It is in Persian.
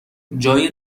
جای